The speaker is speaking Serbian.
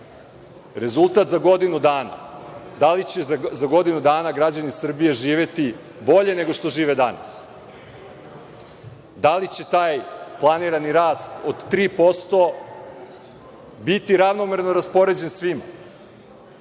rezultat za godinu dana, da li će za godinu dana građani Srbije živeti bolje nego što žive danas, da li će taj planirani rast od 3% biti ravnomerno raspoređen svima